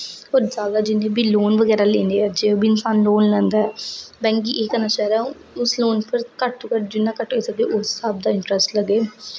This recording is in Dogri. जिं'दे शा जि'न्ने बी लोन बगैरा लेना होऐ ते जे बी इंसान लोन लैंदा ऐ बैंक गी एह् करना चाहिदा उस लोन उप्पर घट्ट तू घट्ट जि'न्ना घट्ट होई सकै उस स्हाब दा इंटरस्ट लग्गे